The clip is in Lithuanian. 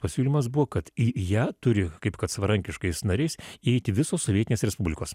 pasiūlymas buvo kad į ją turi kaip kad savarankiškais nariais įeiti visos sovietinės respublikos